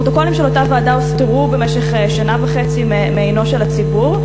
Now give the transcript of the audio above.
הפרוטוקולים של אותה ועדה הוסתרו במשך שנה וחצי מעינו של הציבור,